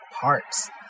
parts